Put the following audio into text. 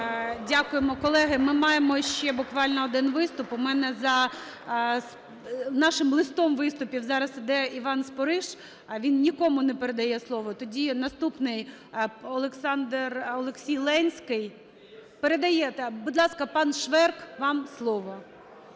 Дякуємо. Колеги, ми маємо ще буквально один виступ. У мене за нашим листом виступом зараз йде Іван Спориш, а він нікому не передає слово. Тоді наступний Олексій Ленський… Передає. Будь ласка, пан Шверк, вам слово,